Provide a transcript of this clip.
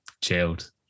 chilled